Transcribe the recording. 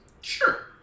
sure